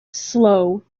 slow